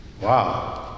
Wow